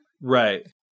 Right